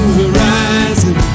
horizon